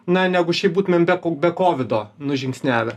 na negu šiaip būtumėm be ko be kovido nužingsniavę